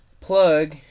plug